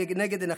לנגד עיניכם.